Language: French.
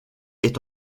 est